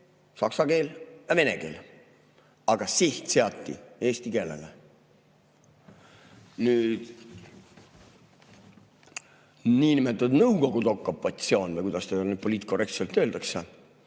saksa keel ja vene keel. Aga siht seati eesti keelele. Niinimetatud Nõukogude okupatsioon või kuidas seda nüüd poliitkorrektselt öeldakse,